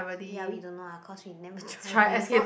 ya we don't know ah cause we never try before